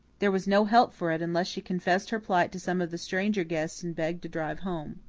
there was no help for it, unless she confessed her plight to some of the stranger guests and begged a drive home.